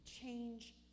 change